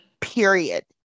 Period